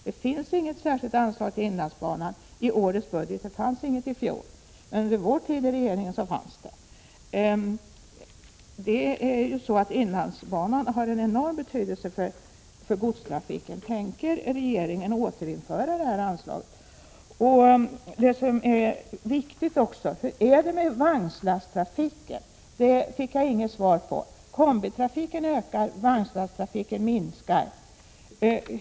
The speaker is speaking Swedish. Det finns inget särskilt anslag till inlandsbanan i årets budget, och det fanns inget i fjol, men under vår tid i regeringen fanns det. Tänker regeringen återinföra detta anslag? En annan sak som är viktig: hur är det med vagnslasttrafiken? Det fick jag inget svar på. Kombitrafiken ökar, vagnslasttrafiken minskar.